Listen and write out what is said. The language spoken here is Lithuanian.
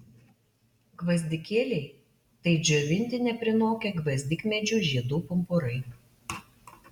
gvazdikėliai tai džiovinti neprinokę gvazdikmedžių žiedų pumpurai